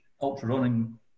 ultra-running